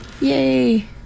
Yay